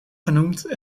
genoemd